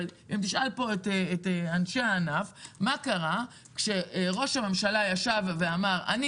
אבל אם תשאל פה את אנשי הענף מה קרה כשראש הממשלה אמר שהוא